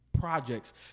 projects